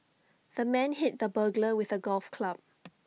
the man hit the burglar with A golf club